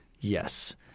Yes